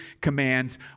commands